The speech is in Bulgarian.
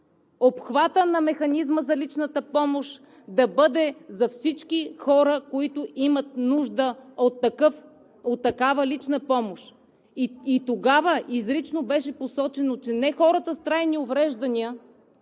обхватът на механизма за личната помощ да бъде за всички хора, които имат нужда от такава лична помощ. И тогава изрично беше посочено, че не хората с трайни увреждания,